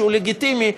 שהוא לגיטימי,